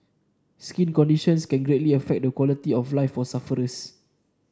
skin conditions can greatly affect the quality of life for sufferers